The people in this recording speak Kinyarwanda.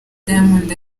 diamond